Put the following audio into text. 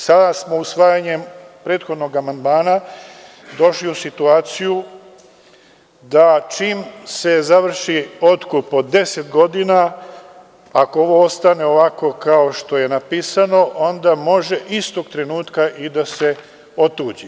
Sada smo usvajanjem prethodnog amandmana došli u situaciju da čim se završi otkup od 10 godina, ako ovo ostane ovako kao što je napisano, onda može istog trenutka i da se otuđi.